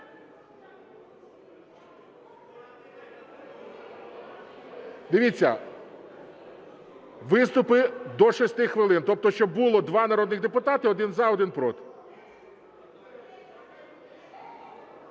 Дивіться, виступи – до 6 хвилин, тобто щоб було два народних депутати: один – за, один – проти.